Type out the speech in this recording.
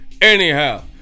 anyhow